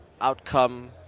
outcome